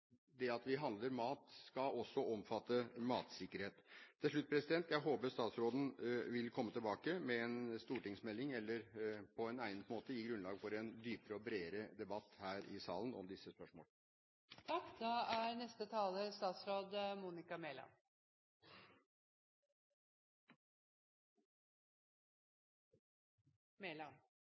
Det at vi handler mat skal også omfatte matsikkerhet. Til slutt: Jeg håper statsråden vil komme tilbake med en stortingsmelding eller på en egnet måte gi grunnlag for en dypere og bredere debatt her i salen om disse